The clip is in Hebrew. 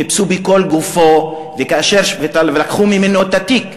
חיפשו בכל גופו ולקחו ממנו את התיק.